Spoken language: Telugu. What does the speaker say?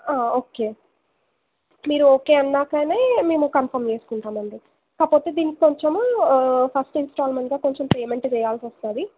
ఓకే మీరు ఓకే అన్నాక మేము కన్ఫామ్ చేసుకుంటాం అండి కాకపోతే దీనికి కొంచెము ఫస్ట్ ఇన్స్టాల్మెంట్గా కొంచెం పేమెంట్ వేయాల్సి వస్తుంది